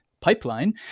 Pipeline